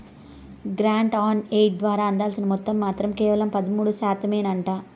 grant on aid ద్వారా అందాల్సిన మొత్తం మాత్రం కేవలం పదమూడు శాతమేనంట